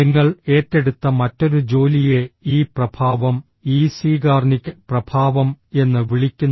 നിങ്ങൾ ഏറ്റെടുത്ത മറ്റൊരു ജോലിയെ ഈ പ്രഭാവം ഈ സീഗാർനിക് പ്രഭാവം എന്ന് വിളിക്കുന്നു